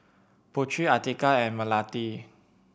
Putri Atiqah and Melati